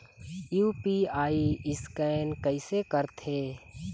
UPI scan कइसे करथे?